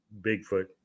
Bigfoot